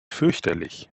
fürchterlich